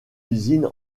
usine